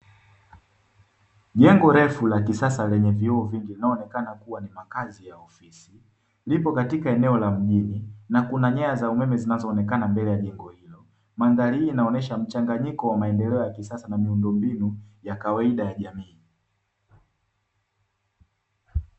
Jengo refu la kisasa lenye vioo vingi linaloonekana kua ni makazi ya ofisi, lipo katika eneo la mjini na kuna nyaya za umeme zinazoonekana mbele ya jengo hilo. Mandhari hii inaonyesha mchanganyiko wa maendeleo ya kisasa na miundombinu ya kawaida ya jamii.